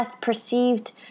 perceived